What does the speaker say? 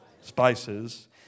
spices